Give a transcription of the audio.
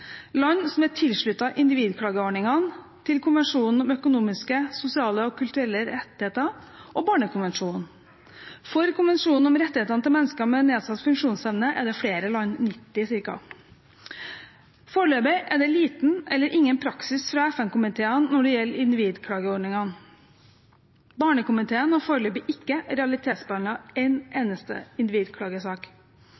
land som er tilsluttet individklageordningene til konvensjonen om økonomiske, sosiale og kulturelle rettigheter og barnekonvensjonen. For konvensjonen om rettighetene til mennesker med nedsatt funksjonsevne er det flere – ca. 90 land. Foreløpig er det liten eller ingen praksis fra FN-komiteene når det gjelder individklageordningene. Barnekomiteen har foreløpig ikke realitetsbehandlet en